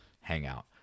hangout